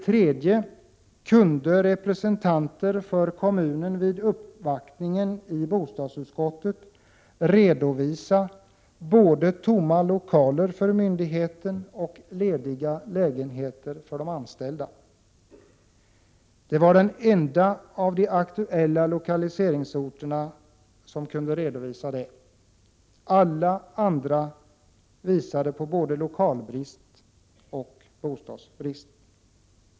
Kommunens representanter kunde vid uppvaktningen inför utskottet redovisa både tomma lokaler för myndigheten och lediga lägenheter för de anställda. Karlskrona var den enda av de aktuella lokaliseringsorterna som kunde redovisa detta. Alla andra visade på både lokalbrist och bostadsbrist.